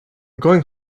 going